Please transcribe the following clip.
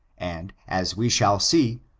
and, as we shall see,